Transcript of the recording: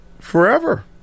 forever